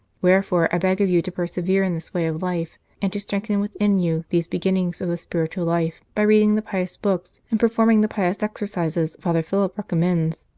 wherefore i beg of you to persevere in this way of life, and to strengthen within you these beginnings of the spiritual life by reading the pious books and performing the pious exercises father philip recommends.